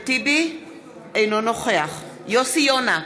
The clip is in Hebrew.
אינו נוכח יוסי יונה,